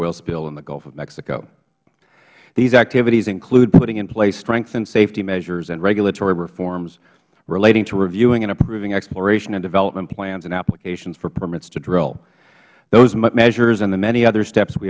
il spill in the gulf of mexico these activities include putting in place strengthened safety measures and regulatory reforms relating to reviewing and approving exploration and development plans and applications for permits to drill those measures and the many other steps we